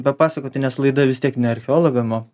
papasakoti nes laida vis tiek ne archeologam o